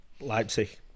Leipzig